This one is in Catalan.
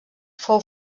fou